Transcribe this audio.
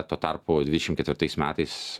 tuo tarpu dvidešimt ketvirtais metais